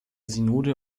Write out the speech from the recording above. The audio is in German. synode